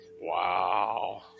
Wow